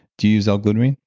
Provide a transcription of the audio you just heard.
do you use l-glutamine?